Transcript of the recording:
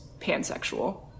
pansexual